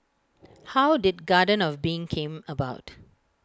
how did garden of being came about